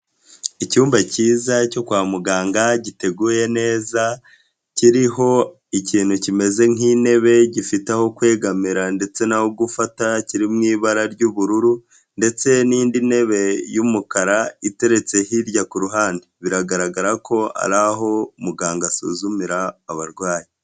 Icyumba kiza cyo kwa muganga giteguye neza kiriho ikintu kimeze nk'intebe gifite aho kwegamira ndetse n'aho gufata kiri mu ibara ry'ubururu ndetse n'indi ntebe y'umukara iteretse hirya ku ruhande, biragaragara ko ari aho muganga asuzumira abarwayi.